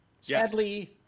Sadly